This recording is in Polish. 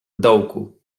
dołku